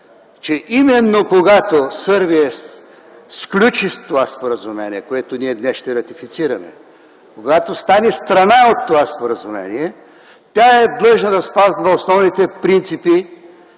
че именно когато Сърбия сключи това споразумение, което ние днес ще ратифицираме, когато стане страна от това споразумение, тя е длъжна да спазва основните принципи